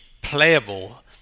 playable